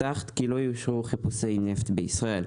הבטחת כי לא יאושרו חיפושי נפט בישראל.